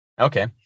Okay